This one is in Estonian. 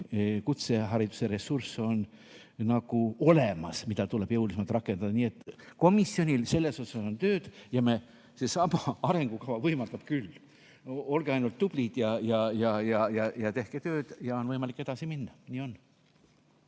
kutsehariduse ressurss, mida tuleb jõulisemalt rakendada. Nii et komisjonil selles osas on tööd. See arengukava võimaldab seda küll, olge ainult tublid ja tehke tööd ja on võimalik edasi minna. Nii on.